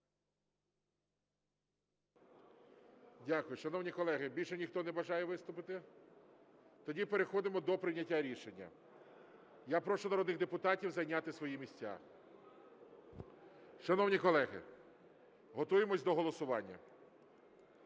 Дякую. Шановні колеги, більше ніхто не бажає виступити? Тоді переходимо до прийняття рішення. Я прошу народних депутатів зайняти свої місця, шановні колеги, готуємося до голосування.